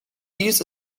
dies